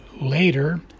later